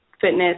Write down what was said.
fitness